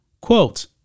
Quote